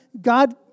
God